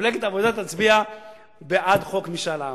שמפלגת העבודה תצביע בעד חוק משאל עם.